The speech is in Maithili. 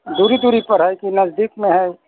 दूरी दूरीपर हइ कि नजदीकमे हइ